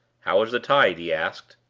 how is the tide? he asked.